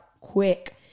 quick